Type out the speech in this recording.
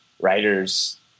writers